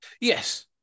Yes